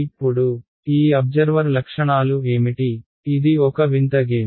ఇప్పుడు ఈ అబ్జర్వర్ లక్షణాలు ఏమిటి ఇది ఒక వింత గేమ్